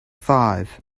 five